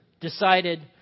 decided